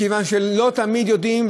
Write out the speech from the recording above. מכיוון שלא תמיד יודעים,